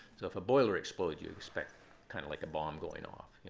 so if a boiler explodes, you expect kind of like a bomb going off.